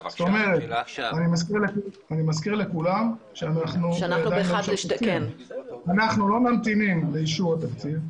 אני מזכיר לכולם שאנחנו באחד חלקי 12. אנחנו לא ממתינים לאישור התקציב.